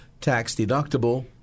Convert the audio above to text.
tax-deductible